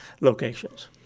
locations